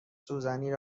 سوزنی